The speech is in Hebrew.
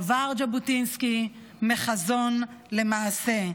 עבר ז'בוטינסקי מחזון למעשה,